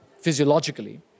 physiologically